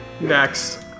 next